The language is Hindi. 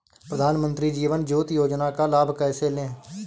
प्रधानमंत्री जीवन ज्योति योजना का लाभ कैसे लें?